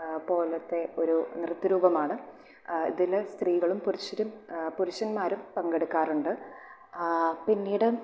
പോലത്തെ ഒരു നൃത്ത രൂപമാണ് ഇതിൽ സ്ത്രീകളും പുരുഷന്മാരും പുരുഷന്മാരും പങ്കെടുക്കാറുണ്ട് പിന്നീട്